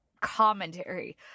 commentary